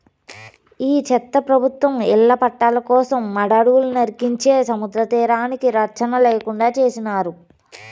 ఈ చెత్త ప్రభుత్వం ఇళ్ల పట్టాల కోసం మడ అడవులు నరికించే సముద్రతీరానికి రచ్చన లేకుండా చేసినారు